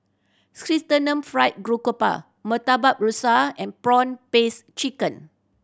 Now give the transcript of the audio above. Chrysanthemum Fried Garoupa Murtabak Rusa and prawn paste chicken